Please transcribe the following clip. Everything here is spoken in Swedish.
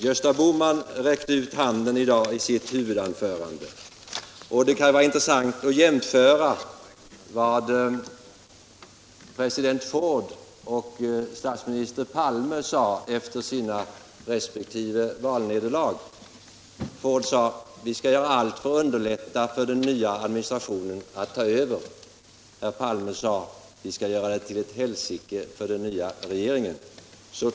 Gösta Bohman räckte ut handen i dag i sitt huvudanförande. Det kan även vara intressant att jämföra vad president Ford och statsminister Palme sade efter sina resp. valnederlag. Ford sade: Vi skall göra allt för att underlätta för den nya administrationen att ta över. Herr Palme: Vi skall göra det till ett helsike för den nya regeringen.